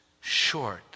short